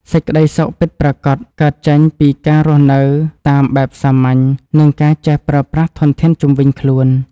សេចក្តីសុខពិតប្រាកដកើតចេញពីការរស់នៅតាមបែបសាមញ្ញ និងការចេះប្រើប្រាស់ធនធានជុំវិញខ្លួន។